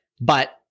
But-